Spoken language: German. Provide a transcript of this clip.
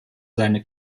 seine